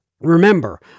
remember